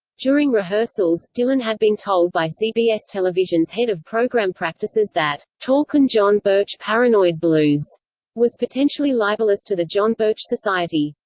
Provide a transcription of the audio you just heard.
during rehearsals, dylan had been told by cbs television's head of program practices that talkin' john birch paranoid blues was potentially libelous to the john birch society.